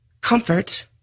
comfort